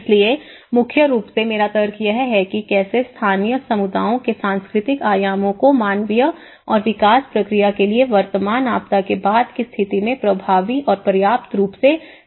इसलिए मुख्य रूप से मेरा तर्क यह है कि कैसे स्थानीय समुदायों के सांस्कृतिक आयामों को मानवीय और विकास प्रक्रिया के लिए वर्तमान आपदा के बाद की स्थिति में प्रभावी और पर्याप्त रूप से संबोधित नहीं किया जाए